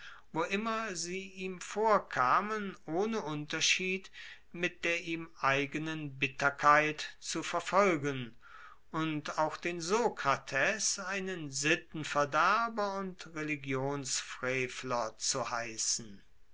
wo immer sie ihm vorkamen ohne unterschied mit der ihm eigenen bitterkeit zu verfolgen und auch den sokrates einen sittenverderber und religionsfrevler zu heissen